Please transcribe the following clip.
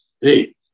Hey